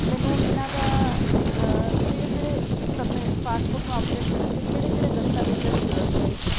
ਮੈਨੂੰ ਇਹਨਾਂ ਦਾ ਕਿਹੜੇ ਕਿਹੜੇ ਸਬਮੇ ਪਾਸਪੋਰਟ ਨੂੰ ਅਪਡੇਟ ਕਰਨ ਲਈ ਕਿਹੜੇ ਕਿਹੜੇ ਦਸਤਾਵੇਜਾਂ ਦੀ ਜ਼ਰੂਰਤ ਪਵੇਗੀ